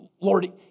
Lord